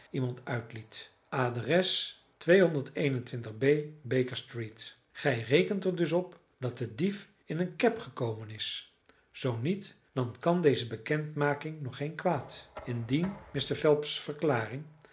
iemand uitliet adres b baker street gij rekent er dus op dat de dief in een cab gekomen is zoo niet dan kan deze bekendmaking nog geen kwaad indien mr phelps verklaring